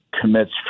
commits